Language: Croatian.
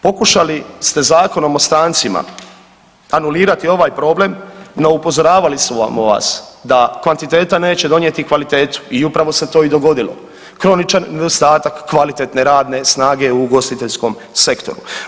Pokušali ste Zakonom o strancima anulirati ovaj problem, no upozoravali smo vas da kvantiteta neće donijeti kvalitetu i upravo se to i dogodilo, kroničan nedostatak kvalitetne radne snage u ugostiteljskom sektoru.